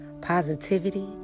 positivity